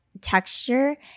texture